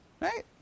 right